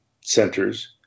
centers